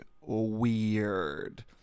weird